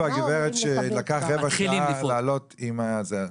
הגברת שלקח רבע שעה לעלות לקו הזה שהיה בפיילוט.